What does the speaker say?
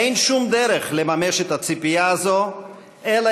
אין שום דרך לממש את הציפייה הזאת אלא